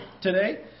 today